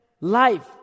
life